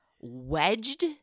wedged